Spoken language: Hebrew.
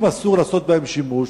אם אסור לעשות בהם שימוש,